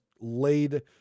laid